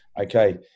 Okay